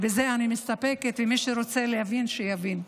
בזה אני מסתפקת, ומי שרוצה להבין, שיבין.